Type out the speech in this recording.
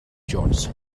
jones